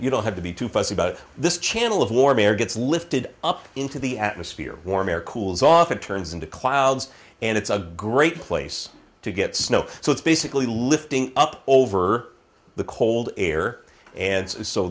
you don't have to be too fussy about this channel of warm air gets lifted up into the atmosphere warm air cools off it turns into clouds and it's a great place to get snow so it's basically lifting up over the cold air and so